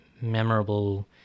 memorable